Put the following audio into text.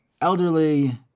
elderly